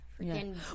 freaking